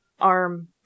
arm